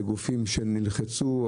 לגופים שנלחצו.